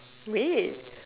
wait